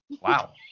Wow